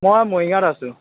মই মৰিগাঁৱত আছোঁ